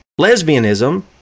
lesbianism